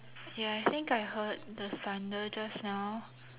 ya I think I heard the thunder just now